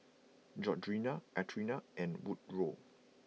Georgina Athena and Woodroe